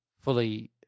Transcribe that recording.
fully